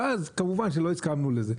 ואז, כמובן, שלא הסכמנו לזה.